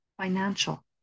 financial